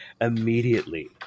immediately